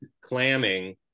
clamming